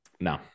No